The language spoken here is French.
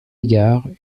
égard